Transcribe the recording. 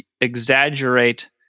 exaggerate